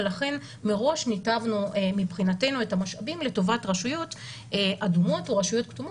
ולכן מראש ניתבנו את המשאבים לטובת רשויות אדומות או רשויות כתומות,